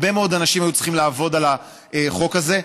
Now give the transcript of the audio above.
הרבה מאוד אנשים היו צריכים לעבוד על החוק הזה.